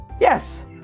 Yes